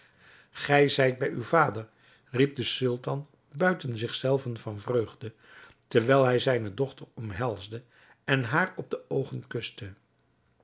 gij zijt bij uw vader riep de sultan buiten zich zelven van vreugde terwijl hij zijne dochter omhelsde en haar op de oogen kuste